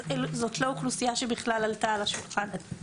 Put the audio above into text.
זאת לא אוכלוסייה שעלתה על השולחן.